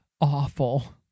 awful